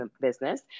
business